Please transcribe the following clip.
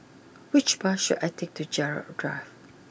which bus should I take to Gerald Drive